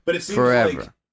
Forever